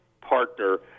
partner